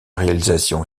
réalisation